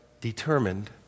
determined